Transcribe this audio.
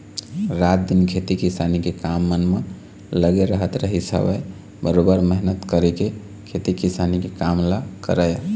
रात दिन खेती किसानी के काम मन म लगे रहत रहिस हवय बरोबर मेहनत करके खेती किसानी के काम ल करय